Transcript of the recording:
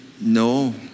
no